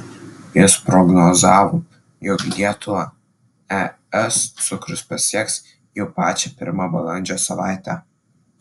jis prognozavo jog lietuvą es cukrus pasieks jau pačią pirmą balandžio savaitę